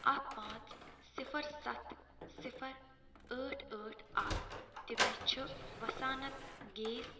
اکھ پانٛژھ صِفر سَتھ صِفر ٲٹھ ٲٹھ اکھ تہِ مےٚ چھُ وسانت گیس